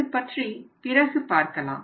இது பற்றி பிறகு பார்க்கலாம்